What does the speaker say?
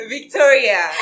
Victoria